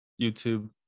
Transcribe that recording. youtube